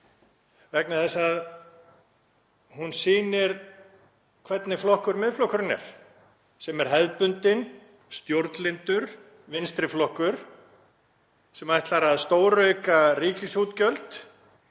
vegna þess að hún sýnir hvernig flokkur Miðflokkurinn er, sem er hefðbundinn, stjórnlyndur vinstri flokkur sem ætlar að stórauka ríkisútgjöld